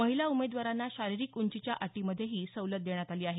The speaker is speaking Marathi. महिला उमेदवारांना शारिरीक उंचीच्या अटीमध्येही सवलत देण्यात आली आहे